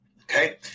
okay